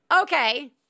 okay